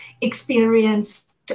experienced